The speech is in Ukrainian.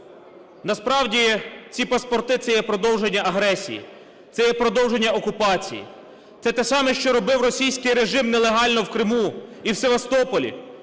Насправді ці паспорти – це є продовження агресії, це є продовження окупації, це те саме, що робив російський режим нелегально в Криму і в Севастополі,